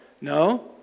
no